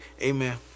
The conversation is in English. amen